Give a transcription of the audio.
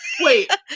Wait